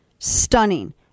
Stunning